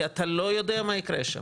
כי אתה לא יודע מה יקרה שם.